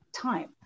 time